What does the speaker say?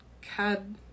Cad